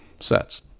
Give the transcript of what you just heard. sets